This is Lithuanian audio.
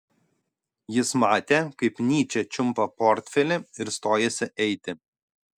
jis matė kaip nyčė čiumpa portfelį ir stojasi eiti